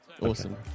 awesome